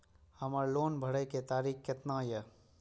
हमर लोन भरे के तारीख केतना ये?